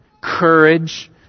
courage